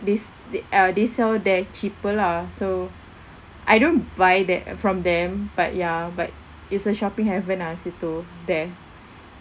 this uh they sell there cheaper lah so I don't buy that from them but ya but it's a shopping heaven ah situ there